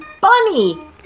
bunny